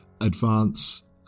advance